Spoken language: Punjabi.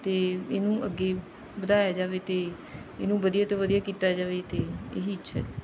ਅਤੇ ਇਹਨੂੰ ਅੱਗੇ ਵਧਾਇਆ ਜਾਵੇ ਅਤੇ ਇਹਨੂੰ ਵਧੀਆ ਤੋਂ ਵਧੀਆ ਕੀਤਾ ਜਾਵੇ ਅਤੇ ਇਹ ਹੀ ਇੱਛਾ